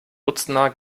dutzender